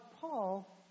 Paul